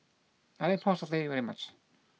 I like Pork Satay very much